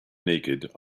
naked